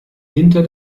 hinter